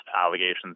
allegations